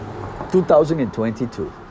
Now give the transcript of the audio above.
2022